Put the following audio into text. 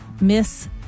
miss